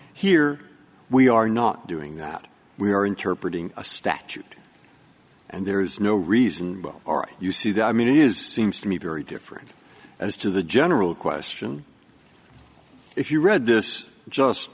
here we are not doing that we are interpret ing a statute and there is no reason or you see that i mean it is seems to me very different as to the general question if you read this just